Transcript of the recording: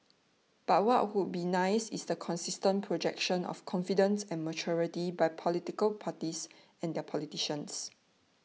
but what would be nice is the consistent projection of confidence and maturity by political parties and their politicians